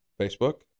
Facebook